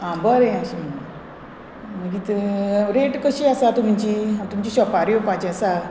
आं बरें अशें मागीर ती रेट कशी आसा तुमची हांव तुमच्या शॉपार येवपाची आसा